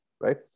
right